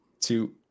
two